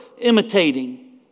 imitating